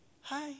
Hi